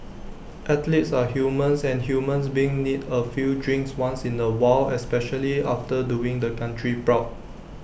athletes are humans and humans beings need A few drinks once in A while especially after doing the country proud